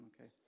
Okay